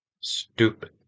Stupid